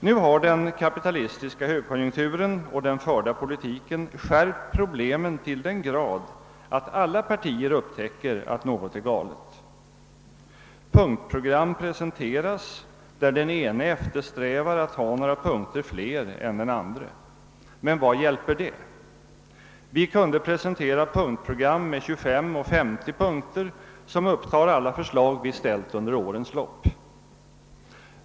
Nu har den kapitalistiska högkonjunkturen och den förda politiken skärpt problemen till den grad att alla partier upptäcker att något är galet. Punktprogram presenteras, där den ene eftersträvar att ha några punkter mer än den andre. Men vad hjälper det? Vi kunde presentera program med 235 eller 50 punkter, som upptar alla de förslag vi fört fram under årens lopp.